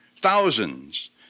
Thousands